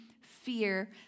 fear